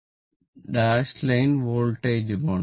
r dash line വോൾട്ടേജുമാണ്